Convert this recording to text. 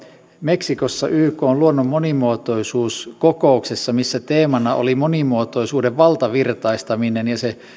meksikossa ykn luonnon monimuotoisuus kokouksessa missä teemana oli monimuotoisuuden valtavirtaistaminen ja